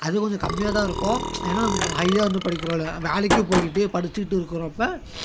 அது கொஞ்சம் கம்மியாக தான் இருக்கும் ஏன்னா நம்ம கொஞ்சம் ஹையாக இருந்து படிக்கிறதுனால வேலைக்கும் போய்கிட்டு படிச்சுட்டு இருக்கிறப்ப